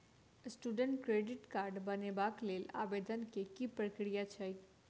Student credit card बनेबाक लेल आवेदन केँ की प्रक्रिया छै?